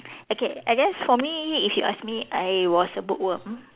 okay I guess for me if you ask me I was a bookworm